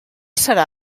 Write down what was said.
serà